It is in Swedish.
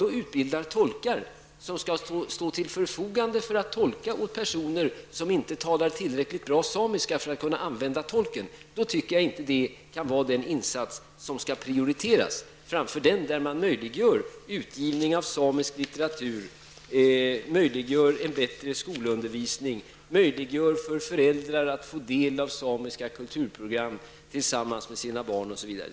Att utbilda tolkar som skall stå till förfogande för att tolka åt personer som inte talar tillräckligt bra samiska för att kunna använda tolk är inte, tycker jag, den insats som skall prioriteras framför den att möjliggöra utgivning av samisk litteratur, att möjliggöra en bättre skolundervisning, att möjliggöra för föräldrar att tillsammans med sina barn ta del av samiska kulturprogram, osv.